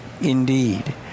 Indeed